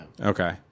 Okay